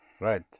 Right